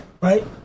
Right